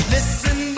Listen